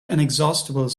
inexhaustible